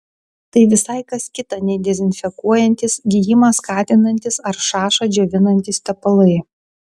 tai visai kas kita nei dezinfekuojantys gijimą skatinantys ar šašą džiovinantys tepalai